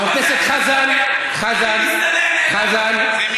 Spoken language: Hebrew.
חבר הכנסת חזן, חזן, חזן,